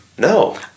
No